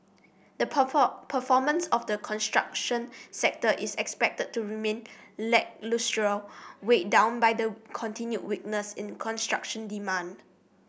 the performance of the construction sector is expected to remain lacklustre weighed down by the continued weakness in construction demand